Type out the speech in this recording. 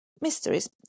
mysteries